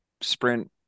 sprint